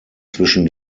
zwischen